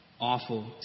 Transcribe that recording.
awful